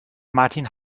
martin